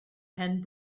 pen